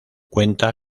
cuenta